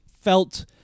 felt